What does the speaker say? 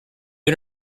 you